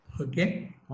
okay